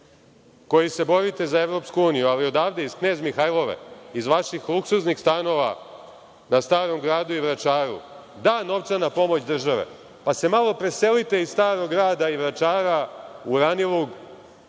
koji se borite za EU, ali odavde iz Knez Mihailove iz vaših luksuznih stanova na Starom Gradu i Vračaru da novčana pomoć države, pa se malo preselite iz Starog Grada i Vračara u Ranilug,